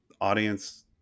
audience